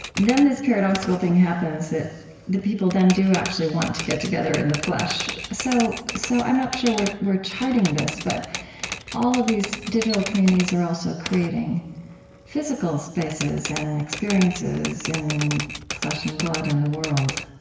then this paradoxical thing happens that the people then do actually want to get together in the flesh. so so i'm not sure we're we're charting this, but all of these digital communities are also creating physical spaces and experiences in flesh and blood in the world